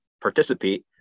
participate